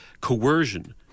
coercion